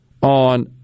on